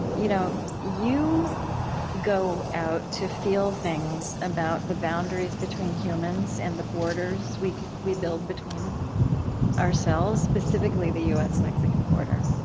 you know you go out to feel things about the boundaries between humans and the borders we we build between ourselves specifically, the u s mexican border.